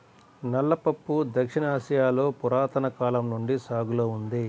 నల్ల పప్పు దక్షిణ ఆసియాలో పురాతన కాలం నుండి సాగులో ఉంది